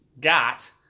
got